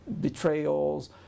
betrayals